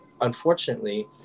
unfortunately